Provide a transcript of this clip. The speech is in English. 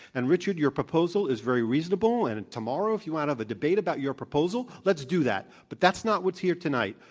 and richard, your proposal is very reasonable and and tomorrow if you want to have a debate about your proposal, let's do that. but that's not what's here tonight.